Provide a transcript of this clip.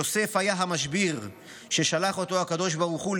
יוסף היה המשביר ששלח אותו הקדוש ברוך הוא,